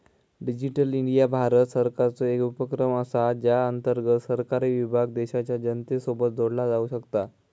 digital India Bharat सरकारचो एक उपक्रम असा ज्या अंतर्गत सरकारी विभाग देशाच्या जनतेसोबत जोडला जाऊ शकता